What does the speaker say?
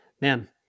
man